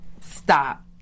stop